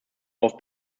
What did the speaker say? auf